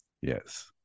Yes